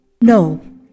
no